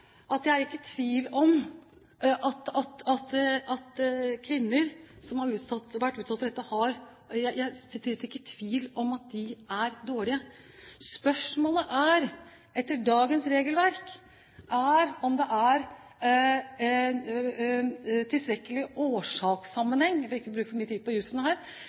Det jeg har lyst til å si, som jeg startet med, er at jeg ikke er i tvil om at kvinner som har vært utsatt for dette, er dårlige. Spørsmålet er om det etter dagens regelverk er en tilstrekkelig årsakssammenheng – jeg vil ikke bruke for mye tid på jusen her